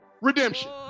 redemption